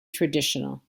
traditional